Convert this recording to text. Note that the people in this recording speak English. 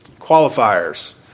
qualifiers